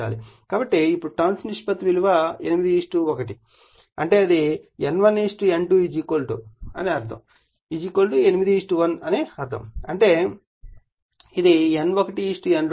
కాబట్టి ఇప్పుడు టర్న్స్ నిష్పత్తి విలువ 8 1 అని అర్ధం అంటే అది N1 N2 అని అర్ధం అంటే 8 1 అని ఇచ్చినప్పుడు అంటే ఇది N1 N2 8 1